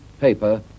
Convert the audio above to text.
paper